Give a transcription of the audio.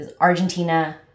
Argentina